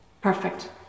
Perfect